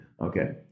Okay